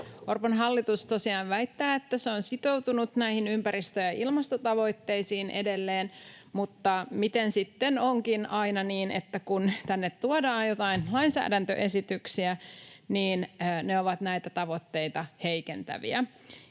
Orpon hallitus tosiaan väittää, että se on sitoutunut näihin ympäristö- ja ilmastotavoitteisiin edelleen, mutta miten sitten onkin aina niin, että kun tänne tuodaan joitain lainsäädäntöesityksiä, niin ne ovat näitä tavoitteita heikentäviä?